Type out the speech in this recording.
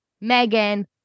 Megan